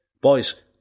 Boys